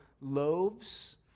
loaves